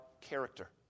character